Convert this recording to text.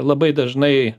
labai dažnai